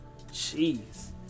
Jeez